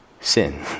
Sin